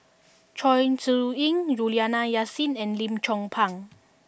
Chong Siew Ying Juliana Yasin and Lim Chong Pang